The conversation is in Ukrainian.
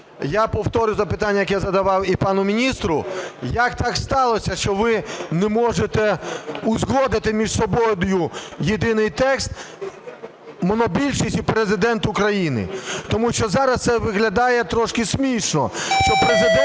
я повторю запитання, яке задавав і пану міністру. Як так сталося, що ви не можете узгодити між собою єдиний текст, монобільшість і Президент України? Тому що зараз це виглядає трошки смішно,